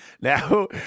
Now